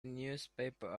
newspaper